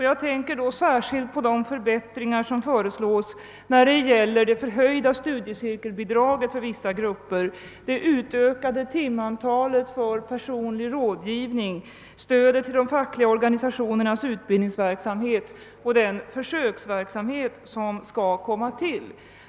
Jag tänker då särskilt på de förbättringar som föreslås när det gäller det förhöjda studiecirkelbidraget för vissa grupper, det utökade timantalet för personlig rådgivning, stödet till de fackliga organisationernas utbildningsverksamhet och den försöksverksamhet som skall komma till.